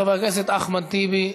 חבר הכנסת אחמד טיבי,